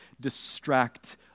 distract